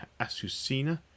Asusina